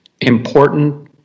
important